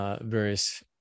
Various